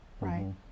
right